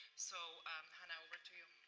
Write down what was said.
so hannah, over to you.